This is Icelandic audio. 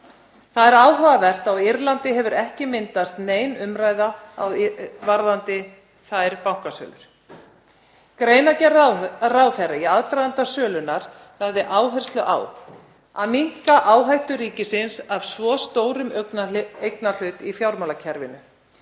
Það er áhugavert að á Írlandi hefur ekki myndast nein umræða varðandi þær bankasölur. Í greinargerð ráðherra í aðdraganda sölunnar var lögð áhersla á að minnka áhættu ríkisins af svo stórum eignarhlut í fjármálakerfinu,